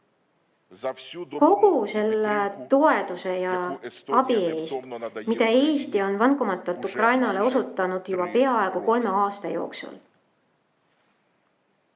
kogu selle toetuse ja abi eest, mida Eesti on vankumatult Ukrainale osutanud juba peaaegu kolme aasta jooksul.